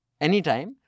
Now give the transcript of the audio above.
anytime